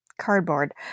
cardboard